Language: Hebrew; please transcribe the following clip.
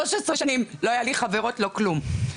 13 שנים לא היה לי חברות, לא כלום.